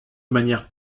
manière